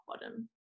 bottom